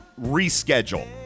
reschedule